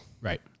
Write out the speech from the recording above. right